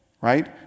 right